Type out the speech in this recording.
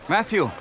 Matthew